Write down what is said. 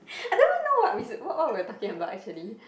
I don't even know what we what what we talking about actually